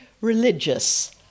religious